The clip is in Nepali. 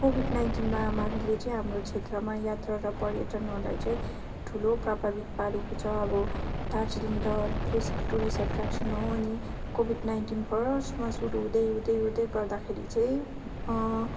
कोविड नाइन्टिन महामारीले चाहिँ हाम्रो क्षेत्रमा यात्रा र पर्यटनहरूलाई चाहिँ ठुलो प्रभावित पारेको छ अब दार्जिलिङ त प्लेस अफ् टुरिस्ट एट्रेक्सन हो अनि कोविड नाइन्टिन फर्स्टमा सुरु हुँदै हुँदै हुँदै गर्दाखेरि चाहिँ